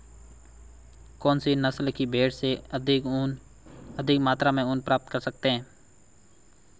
कौनसी नस्ल की भेड़ से अधिक मात्रा में ऊन प्राप्त कर सकते हैं?